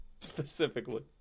Specifically